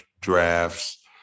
drafts